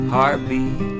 Heartbeat